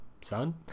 son